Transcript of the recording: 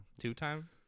Two-time